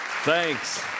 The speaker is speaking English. Thanks